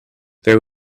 there